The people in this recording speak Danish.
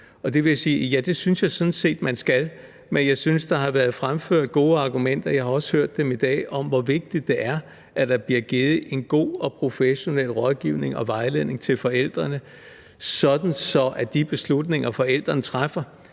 jeg sådan set at man skal. Men jeg synes, der har været fremført gode argumenter – jeg har også hørt dem i dag – om, hvor vigtigt det er, at der bliver givet en god og professionel rådgivning og vejledning til forældrene, sådan at de beslutninger, forældrene træffer,